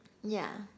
yeah